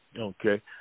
Okay